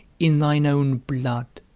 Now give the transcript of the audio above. in thine own blood.